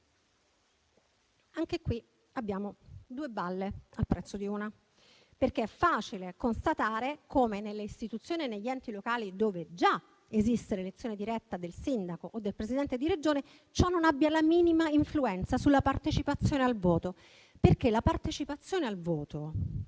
Anche qui abbiamo due balle al prezzo di una, perché è facile constatare come nelle istituzioni e negli enti locali, dove già esiste l'elezione diretta del sindaco o del Presidente di Regione, ciò non abbia la minima influenza sulla partecipazione al voto. Questa infatti volete